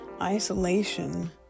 isolation